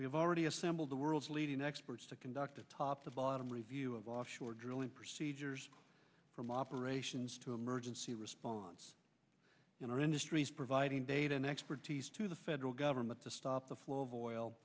have already assembled the world's leading experts to conduct a top to bottom review of offshore drilling procedures from operations to emergency response and our industries providing data and expertise to the federal government to stop the flow of oil